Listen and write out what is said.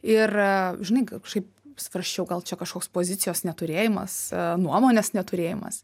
ir žinai gal kažkaip svarsčiau gal čia kažkoks pozicijos neturėjimas nuomonės neturėjimas